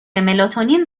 ملاتونین